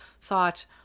thought